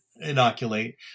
Inoculate